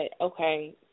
okay